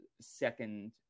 second